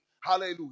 Hallelujah